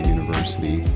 University